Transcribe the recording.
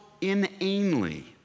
inanely